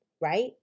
right